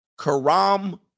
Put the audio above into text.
Karam